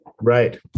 right